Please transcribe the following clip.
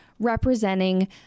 representing